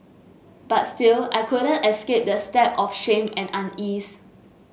but still I couldn't escape the stab of shame and unease